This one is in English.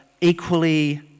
equally